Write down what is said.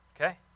okay